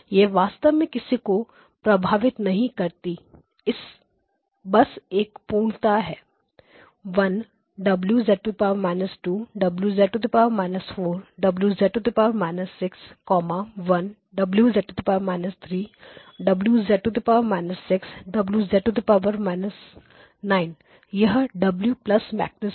यह वास्तव में किसी को प्रभावित नहीं करती बस एक पूर्णता है 1 W−2 W −4 W−6 1 W−3 W −6 W −9यह W† मैट्रिक्स है